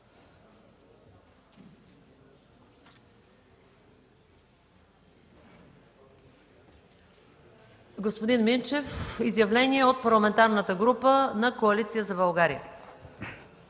господин Минчев – изявление от името на Парламентарната група на Коалиция за България.